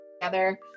together